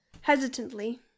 Hesitantly